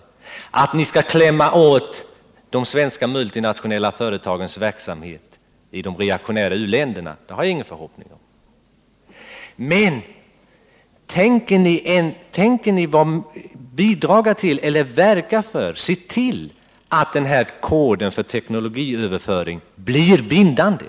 Jag har ingen förhoppning om att ni skall klämma åt de svenska multinationella företagens verksamhet i de reaktionära u-länderna, men tänker ni verka för att den här koden för tekonologiöverföring blir bindande?